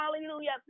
hallelujah